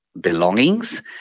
belongings